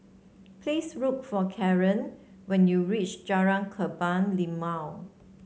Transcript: please look for Caron when you reach Jalan Kebun Limau